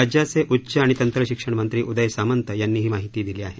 राज्याचे उच्च आणि तंत्रशिक्षण मंत्री उदय सामंत यांनी ही माहिती दिली आहे